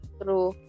true